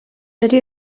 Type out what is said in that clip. dydy